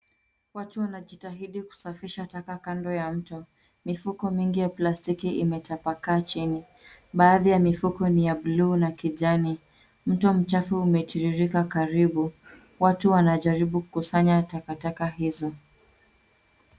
Watu wanajitahidi kusafisha taka kando ya mto. Mifuko mingi ya plastiki imetapakaa chini. Baadhi ya mifuko ni ya bluu na kijani. Mto mchafu umetiririka karibu. Watu wanajaribu kukusanya takataka hizo.